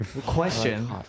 Question